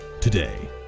today